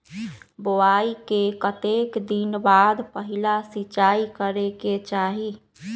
बोआई के कतेक दिन बाद पहिला सिंचाई करे के चाही?